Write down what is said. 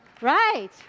Right